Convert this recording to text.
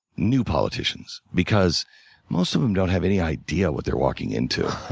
new politicians because most of them don't have any idea what they're walking into.